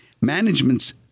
Management's